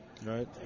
right